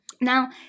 Now